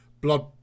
blood